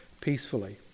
peacefully